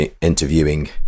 interviewing